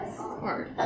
Hard